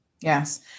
Yes